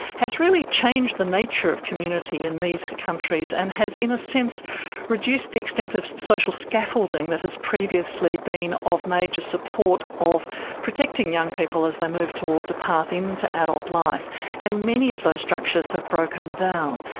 has really changed the nature of community in these countries and has in a sense reduced the extent of social scaffolding that has previously been of major support of protecting young people as they move towards a path into adult life and many of those structures have broken down.